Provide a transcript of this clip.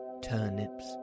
turnips